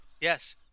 Yes